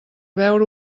veure